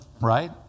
Right